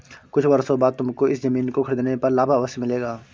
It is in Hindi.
कुछ वर्षों बाद तुमको इस ज़मीन को खरीदने पर लाभ अवश्य मिलेगा